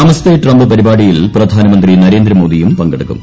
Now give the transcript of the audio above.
നമസ്തേ Trump പരിപാടിയിൽ പ്രധാനമന്ത്രി നരേന്ദ്ര മോദിയും പങ്കെടുക്കും